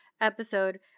episode